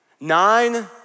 Nine